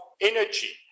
energy